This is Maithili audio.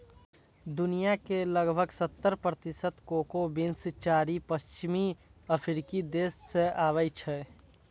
दुनिया के लगभग सत्तर प्रतिशत कोको बीन्स चारि पश्चिमी अफ्रीकी देश सं आबै छै